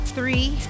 Three